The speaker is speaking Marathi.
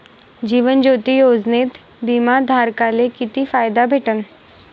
जीवन ज्योती योजनेत बिमा धारकाले किती फायदा भेटन?